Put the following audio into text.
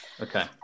Okay